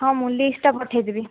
ହଁ ମୁଁ ଲିଷ୍ଟ୍ଟା ପଠେଇ ଦେବି